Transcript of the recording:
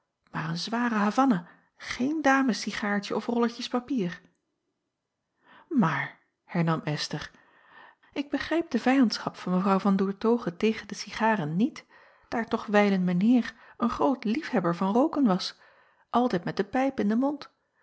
maar een zware havanah geen damescigaartje of rolletjes papier aar hernam sther ik begrijp de vijandschap van w an oertoghe tegen de cigaren niet daar toch wijlen mijn eer een groot liefhebber van rooken was altijd met de pijp in den mond